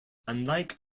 unlike